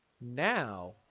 now